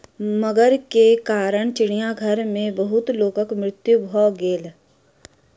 मगर के कारण चिड़ियाघर में बहुत लोकक मृत्यु भ गेल